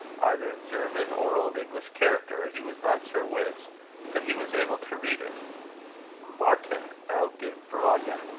either in german or old english character, he was not sure which but he was able to read it martin elginbrodde.